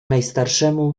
najstarszemu